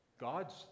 God's